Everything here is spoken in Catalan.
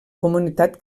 comunitat